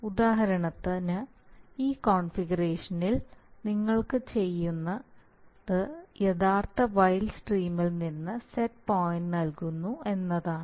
ഉദാഹരണത്തിന് ഈ കോൺഫിഗറേഷനിൽ നിങ്ങൾ ചെയ്യുന്നത് യഥാർത്ഥത്തിൽ വൈൽഡ് സ്ട്രീമിൽ നിന്ന് സെറ്റ് പോയിന്റ് നൽകുന്നു എന്നതാണ്